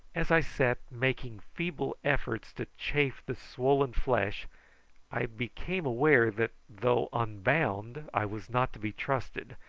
as i sat making feeble efforts to chafe the swollen flesh i became aware that though unbound i was not to be trusted,